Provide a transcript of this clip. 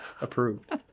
approved